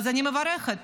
אני מברכת.